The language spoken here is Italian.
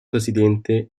presidente